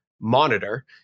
Monitor